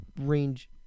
range